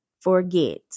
forget